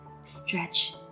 stretch